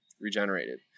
regenerated